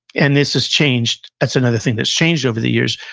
and this has changed, that's another thing, that's changed over the years,